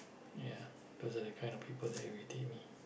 ya those are the kind of people that irritate me